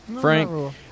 Frank